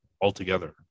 altogether